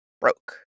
broke